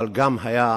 אבל היו להם